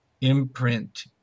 imprint